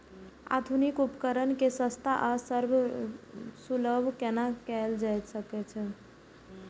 आधुनिक उपकण के सस्ता आर सर्वसुलभ केना कैयल जाए सकेछ?